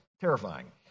terrifying